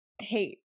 hate